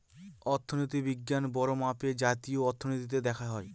অর্থনীতি বিজ্ঞান বড়ো মাপে জাতীয় অর্থনীতিতে দেখা হয়